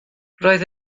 roedd